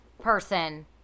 person